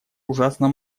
ужасно